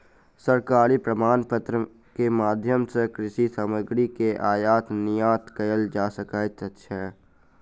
सरकारी प्रमाणपत्र के माध्यम सॅ कृषि सामग्री के आयात निर्यात कयल जा सकै छै